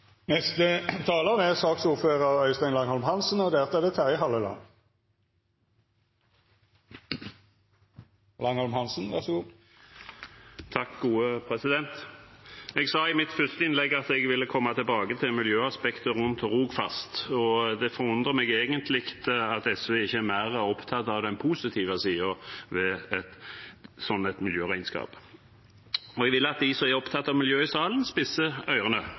Jeg sa i mitt første innlegg at jeg ville komme tilbake til miljøaspektet rundt Rogfast, og det forundrer meg egentlig at SV ikke er mer opptatt av den positive siden ved et sånt miljøregnskap. Jeg vil at de i salen som er opptatt av